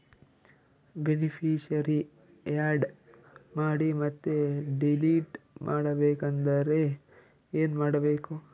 Beneficiary, add ಮಾಡಿ ಮತ್ತೆ delete ಮಾಡಬೇಕೆಂದರೆ ಏನ್ ಮಾಡಬೇಕು?